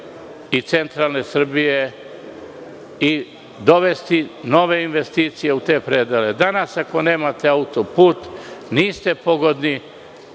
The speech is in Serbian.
Centralne Srbije i dovesti nove investicije u te predele. Danas ako nemate autoput niste pogodni